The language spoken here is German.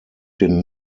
den